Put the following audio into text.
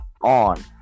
on